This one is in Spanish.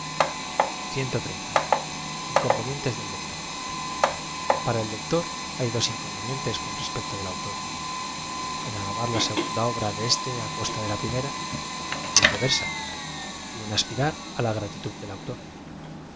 del lector para el lector hay dos inconvenientes eoo respecto del autor en alabar la segunda obra de éste á costa de la prim era ó viceversa y en aspirar á la gra ti tud del autor